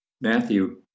Matthew